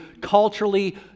culturally